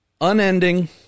unending